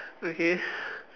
okay